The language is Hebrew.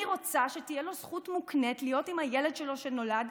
אני רוצה שתהיה לו זכות מוקנית להיות עם הילד שלו שנולד,